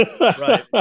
right